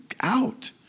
out